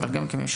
אבל גם כממשלה,